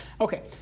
Okay